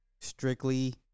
Strictly